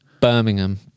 Birmingham